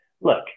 look